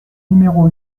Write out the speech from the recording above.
numéro